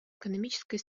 экономической